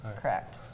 Correct